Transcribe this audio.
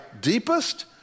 deepest